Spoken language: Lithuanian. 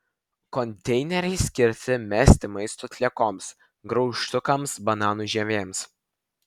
konteineriai skirti mesti maisto atliekoms graužtukams bananų žievėms